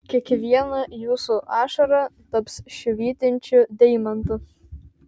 kiekviena jūsų ašara taps švytinčiu deimantu